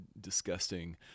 disgusting